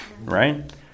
right